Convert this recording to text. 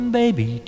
baby